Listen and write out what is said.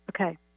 Okay